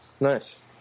Nice